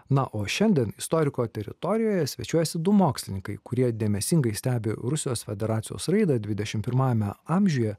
na o šiandien istoriko teritorijoje svečiuojasi du mokslininkai kurie dėmesingai stebi rusijos federacijos raidą dvidešimt pirmajame amžiuje